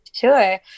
Sure